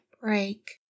break